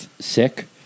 sick